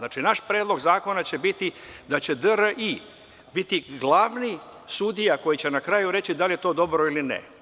Naš predlog zakona će biti da će DRI biti glavni sudija koji će na kraju reći da li je to dobro ili ne.